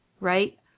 right